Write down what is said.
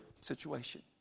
situation